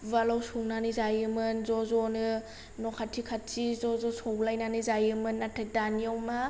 उवालाव सौनानै जायोमोन ज' ज'नो न खाथि खाथि ज' ज' सोलायनानै जायोमोन नाथाय दानियाव मा